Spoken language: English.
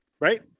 right